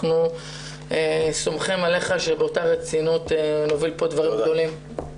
אנחנו סומכים עליך שבאותה רצינות נוביל פה דברים גדולים.